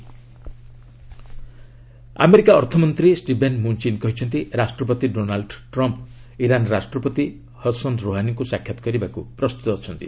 US Iran America ଅର୍ଥମନ୍ତ୍ରୀ Steven Mnuchin କହିଛନ୍ତି ରାଷ୍ଟ୍ରପତି ଡୋନାଲ୍ଡ୍ ଟ୍ରମ୍ପ୍ ଇରାନ୍ ରାଷ୍ଟ୍ରପତି ହାସନ୍ ରୋହାନୀଙ୍କୁ ସାକ୍ଷାତ୍ କରିବାକୁ ପ୍ରସ୍ତୁତ ଅଛନ୍ତି